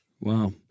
Wow